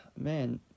Man